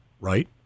right